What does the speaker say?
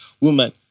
woman